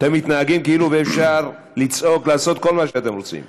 אתם מתנהגים כאילו אפשר לצעוק ולעשות כל מה שאתם רוצים.